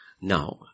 Now